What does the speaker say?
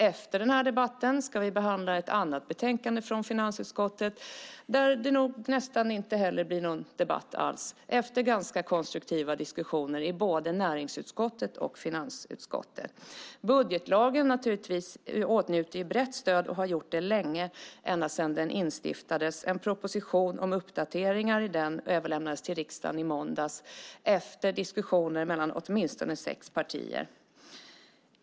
Efter den här debatten ska vi behandla ett annat betänkande från finansutskottet där det nog inte heller blir knappt någon debatt alls efter ganska konstruktiva diskussioner i både näringsutskottet och finansutskottet. Budgetlagen åtnjuter brett stöd och har gjort det länge - ända sedan den instiftades. En proposition om uppdateringar av lagen överlämnades till riksdagen i måndags efter diskussioner mellan åtminstone sex partier.